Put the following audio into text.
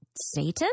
Satan